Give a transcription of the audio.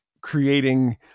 creating